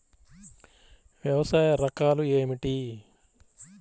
వ్యవసాయ రకాలు ఏమిటి?